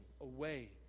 away